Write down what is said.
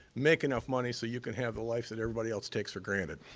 make enough money so you can have the life that everybody else takes for granted.